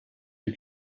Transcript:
die